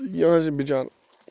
یہِ آسہِ بِچارٕ